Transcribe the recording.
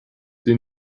den